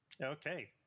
Okay